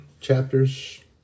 chapters